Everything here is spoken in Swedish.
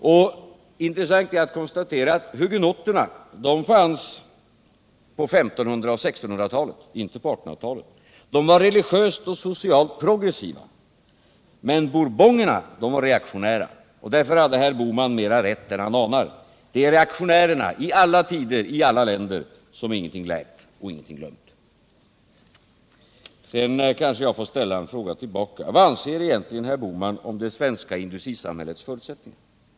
Det är intressant att konstatera att hugenotterna fanns på 1500 och 1600-talen, inte på 1800-talet. De var religiöst och socialt progressiva, men bourbonerna var reaktionära. Därför hade herr Bohman mera rätt än han anar; det är reaktionärerna, i alla tider och i alla länder, som ingenting lärt och ingenting glömt. Sedan kanske jag i min tur får ställa en fråga: Vad anser egentligen herr Bohman om det svenska industrisamhällets förutsättningar?